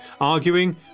arguing